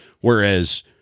Whereas